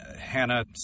Hannah